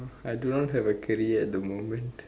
I do not have a career at the moment